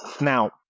Now